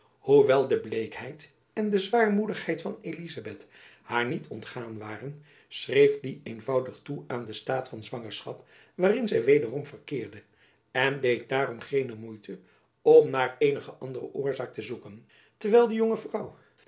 hoewel de bleekheid en zwaarmoedigheid van elizabeth haar niet ontgaan waren schreef die eenvoudig toe aan den staat van zwangerschap waarin zy wederom verkeerde en deed daarom geene moeite om naar eenige andere oorzaak te zoeken terwijl de jonge vrouw